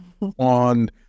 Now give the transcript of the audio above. on